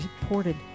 reported